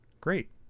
Great